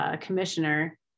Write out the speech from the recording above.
commissioner